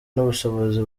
n’ubushobozi